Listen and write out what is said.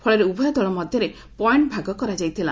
ଫଳରେ ଉଭୟ ଦଳ ମଧ୍ୟରେ ପଏଣ୍ଟ୍ ଭାଗ କରାଯାଇଥିଲା